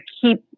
keep